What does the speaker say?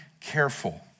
careful